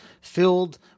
filled